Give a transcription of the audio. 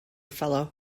fellow